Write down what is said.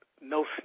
no